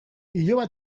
iloba